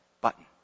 button